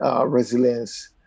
resilience